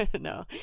no